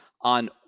on